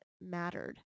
mattered